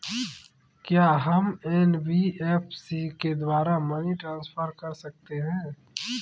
क्या हम एन.बी.एफ.सी के द्वारा मनी ट्रांसफर कर सकते हैं?